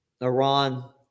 Iran